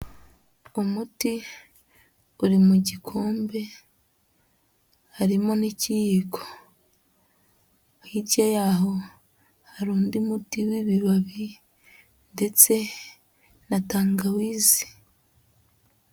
Umuti uri mu gikombe, harimo n'ikiyiko, hirya y'aho hari undi muti w'ibibabi ndetse na tangawize.